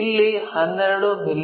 ಇಲ್ಲಿ 12 ಮಿ